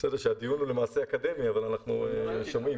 -- שהדיון הוא למעשה אקדמי אבל אנחנו שומעים.